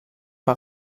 war